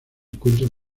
encuentra